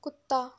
ਕੁੱਤਾ